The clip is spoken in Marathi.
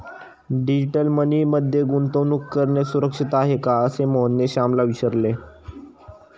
डिजिटल मनी मध्ये गुंतवणूक करणे सुरक्षित आहे का, असे मोहनने श्यामला विचारले